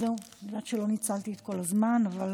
אז זהו, אני יודעת שלא ניצלתי את כל הזמן, אבל